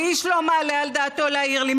ואיש לא מעלה על דעתו להעיר לי.